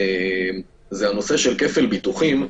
כפל ביטוחים.